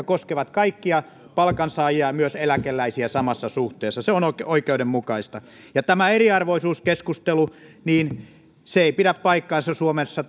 koskevat kaikkia palkansaajia ja myös eläkeläisiä samassa suhteessa se on oikeudenmukaista tämä eriarvoisuuskeskustelu ei pidä paikkaansa suomessa